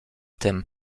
tym